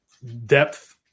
depth